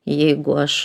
jeigu aš